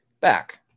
back